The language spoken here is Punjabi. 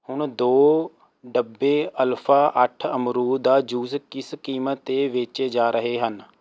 ਹੁਣ ਦੋ ਡੱਬੇ ਅਲਫਾ ਅੱਠ ਅਮਰੂਦ ਦਾ ਜੂਸ ਕਿਸ ਕੀਮਤ 'ਤੇ ਵੇਚੇ ਜਾ ਰਹੇ ਹਨ